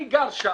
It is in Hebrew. אני גר שם.